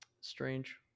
Strange